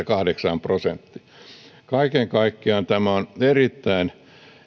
kahdeksan prosenttia kaiken kaikkiaan tämä on erittäin